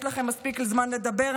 יש לכם מספיק זמן לדבר.